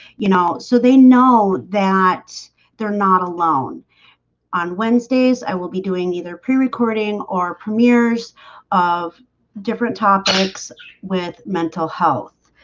you know, so they know that they're not alone alone on wednesdays, i will be doing either pre recording or premieres of different topics with mental health